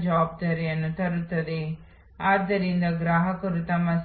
ನೋಡುತ್ತಿದ್ದೇವೆ ನನ್ನ ಪಾಯಿಂಟರ್ ಅನ್ನು ಗುರುತಿಸಿ